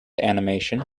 animation